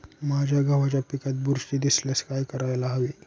माझ्या गव्हाच्या पिकात बुरशी दिसल्यास काय करायला हवे?